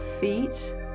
feet